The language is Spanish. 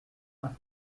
hace